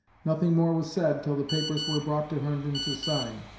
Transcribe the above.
nothing more was said till the papers were brought to herndon to sign.